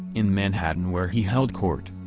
in manhattan where he held court.